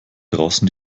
draußen